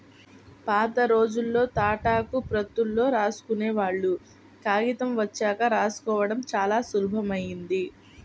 పాతరోజుల్లో తాటాకు ప్రతుల్లో రాసుకునేవాళ్ళు, కాగితం వచ్చాక రాసుకోడం చానా సులభమైంది